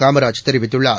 காமராஜ் தெரிவித்துள்ளார்